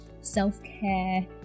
self-care